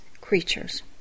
creatures